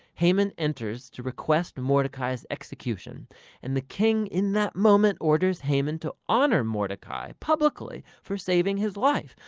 haman enters to request mordecai's execution and the king in that moment orders haman to honor mordecai publicly for saving his life.